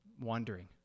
wandering